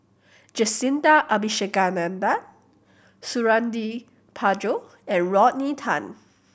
Jacintha Abisheganaden Suradi Parjo and Rodney Tan